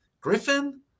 Griffin